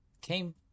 came